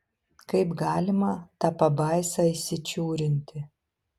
kaip galima tą pabaisą įsičiūrinti